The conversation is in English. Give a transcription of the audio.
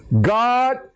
God